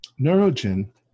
Neurogen